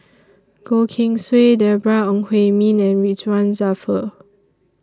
Goh Keng Swee Deborah Ong Hui Min and Ridzwan Dzafir